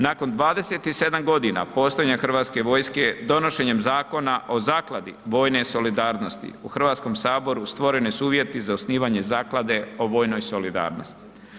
Nakon 27.g. postojanja Hrvatske vojske, donošenjem Zakona o zakladi vojne solidarnosti u HS stvoreni su uvjeti za osnivanje zaklade o vojnoj solidarnosti.